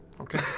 Okay